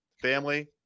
Family